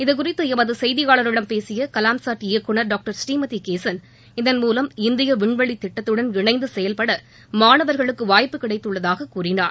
இது குறித்து எமது செய்தியாளரிடம் பேசிய கலாம்சாட் இயக்குநர் டாக்டர் புநீமதி கேசன் இதன் மூலம் இந்திய விண்வெளி திட்டத்துடன் இணைந்து செயல்பட மாணவர்களுக்கு வாய்ப்பு கிடைத்துள்ளதாக கூறினார்